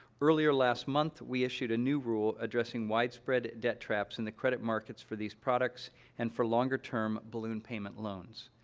earlier last month, we issued a new rule addressing widespread debt traps in the credit markets for these products and for longer-term balloon payment loans.